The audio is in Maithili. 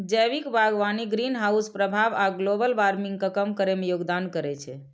जैविक बागवानी ग्रीनहाउस प्रभाव आ ग्लोबल वार्मिंग कें कम करै मे योगदान करै छै